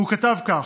והוא כתב כך,